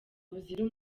buzira